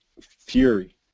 fury